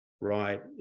right